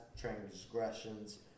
transgressions